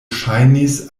ŝajnis